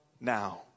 now